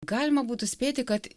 galima būtų spėti kad